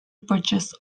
purchase